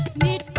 made